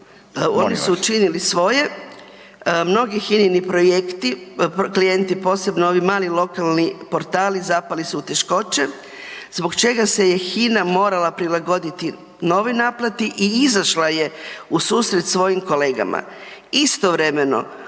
su učinili svoje, mnogi hinini projekti, klijenti, posebno ovi mali lokalni portali zapali su u teškoće zbog čega se je Hina morala prilagoditi novoj naplati i izašla je ususret svojim kolegama. Istovremeno,